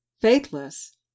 faithless